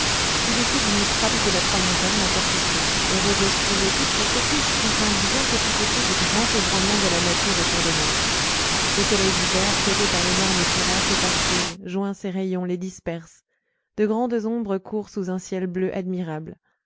sous les coups du mistral ou de la tramontane la porte saute les roseaux crient et toutes ces secousses sont un bien petit écho du grand ébranlement de la nature autour de moi le soleil d'hiver fouetté par l'énorme courant s'éparpille joint ses rayons les disperse de grandes ombres courent sous un ciel bleu admirable